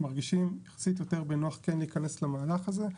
מרגישים יותר בנוח כן להיכנס למהלך הזה.